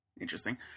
Interesting